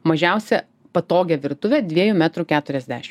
mažiausią patogią virtuvę dviejų metrų keturiasdešim